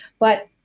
but